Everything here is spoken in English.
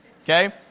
Okay